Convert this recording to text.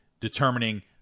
determining